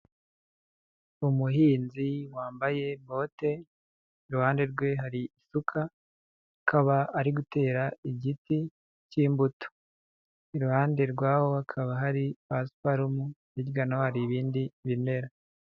Umuhinzi wambaye bote, iruhande rwe hari isuka, akaba ari gutera igiti cy'imbuto, iruhande rwaho hakaba hari pasiparumu, hirya naho hari ibindi bimera.